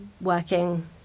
working